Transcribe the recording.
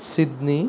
Sydney